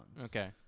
Okay